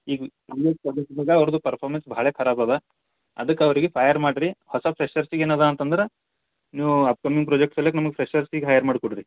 ಈಗ ಅವ್ರದ್ದು ಪರ್ಫಾಮೆನ್ಸ್ ಭಾಳೇ ಖರಾಬದ ಅದಕ್ಕೆ ಅವರಿಗೆ ಫಯರ್ ಮಾಡಿರಿ ಹೊಸ ಫ್ರೆಶರ್ಸಿಗೆ ಏನದೆ ಅಂತಂದ್ರೆ ನೀವು ಅಪ್ಕಮ್ಮಿಂಗ್ ಪ್ರಾಜೆಕ್ಟ್ಸಲ್ಲಿ ನಮಗೆ ಫ್ರೆಶರ್ಸಿಗೆಗ್ ಹೈಯರ್ ಮಾಡಿಕೊಡಿರಿ